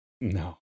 No